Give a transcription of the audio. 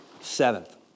seventh